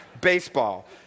baseball